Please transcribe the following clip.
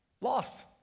lost